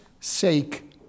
sake